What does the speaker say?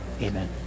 Amen